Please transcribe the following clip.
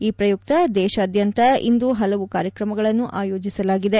ಈ ಪ್ರಯುಕ್ತ ದೇಶಾದ್ಲಂತ ಇಂದು ಹಲವು ಕಾರ್ಯಕ್ರಮಗಳನ್ನು ಆಯೋಜಿಸಲಾಗಿದೆ